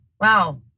wow